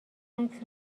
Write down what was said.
عکس